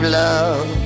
love